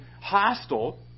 hostile